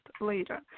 later